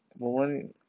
我们